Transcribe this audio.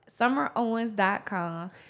Summerowens.com